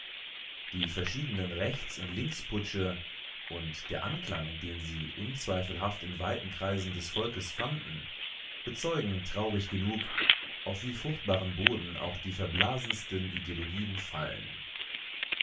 die verschiedenen rechts und linksputsche und der anklang den sie unzweifelhaft in weiten kreisen des volkes fanden bezeugen traurig genug auf wie fruchtbaren boden auch die verblasensten ideologien fallen